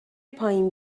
پایین